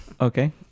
Okay